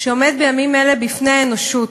שעומד בימים אלה בפני האנושות.